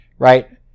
right